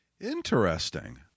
Interesting